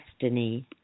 destiny